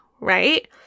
right